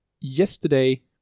yesterday